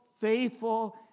faithful